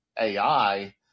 AI